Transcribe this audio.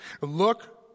Look